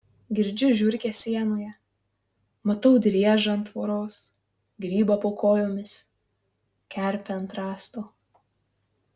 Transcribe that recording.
girdžiu žiurkes sienoje matau driežą ant tvoros grybą po kojomis kerpę ant rąsto